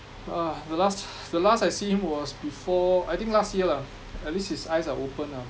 ah the last the last I see him was before I think last year lah at least his eyes are open lah